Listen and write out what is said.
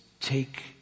take